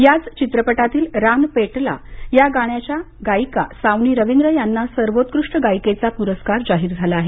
याच चित्रपटातील रान पेटला या गाण्याच्या गायिका सावनी रविंद्र यांना सर्वोत्कृष्ट गायिकेचा प्रस्कार जाहीर झाला आहे